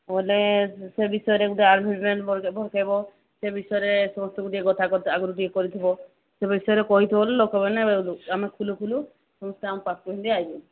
ବୋଲେ ସେ ବିଷୟରେ ଗୋଟେ କରିଦେବ ସେ ବିଷୟରେ ଗୋଟେ ଗୋଟେ କଥା ଆଗରୁ ଠିକ କରିଥିବ ସେ ବିଷୟରେ କହିଥିଲୁ ଲୋକମାନେ ଆମେ ଥିଲୁ ମୁଁ ତାଙ୍କ ପାଖକୁ ହିଁ ଆସିଲି